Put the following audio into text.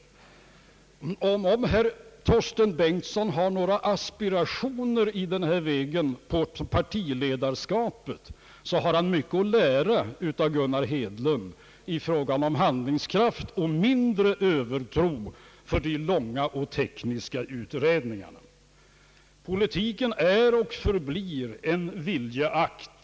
Om herr Torsten Bengtson har några aspirationer på partiledarskapet, har han mycket att lära av herr Gunnar Hedlund i fråga om handlingskraft och mindre övertro på de långa och tekniska utredningarna. Politik är och förblir en viljeakt.